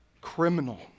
criminal